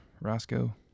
Roscoe